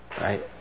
Right